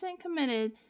committed